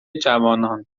جوانان